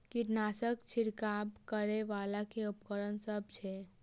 कीटनासक छिरकाब करै वला केँ उपकरण सब छै?